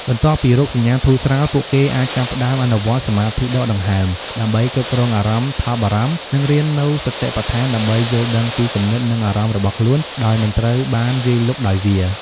បន្ទាប់ពីរោគសញ្ញាធូរស្រាល ពួកគេអាចចាប់ផ្តើមអនុវត្តន៍ សមាធិដកដង្ហើម ដើម្បីគ្រប់គ្រងអារម្មណ៍ថប់បារម្ភ និងរៀននូវ សតិប្បដ្ឋាន ដើម្បីយល់ដឹងពីគំនិត និងអារម្មណ៍របស់ខ្លួន ដោយមិនត្រូវបានវាយលុកដោយវា។